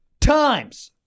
times